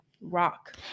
rock